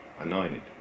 anointed